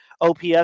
OPS